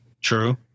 True